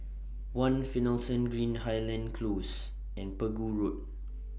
one Finlayson Green Highland Close and Pegu Road